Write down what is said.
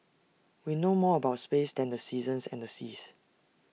we know more about space than the seasons and the seas